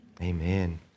Amen